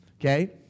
Okay